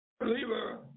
Believer